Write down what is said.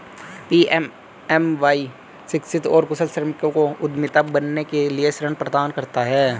PMMY शिक्षित और कुशल श्रमिकों को उद्यमी बनने के लिए ऋण प्रदान करता है